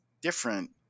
different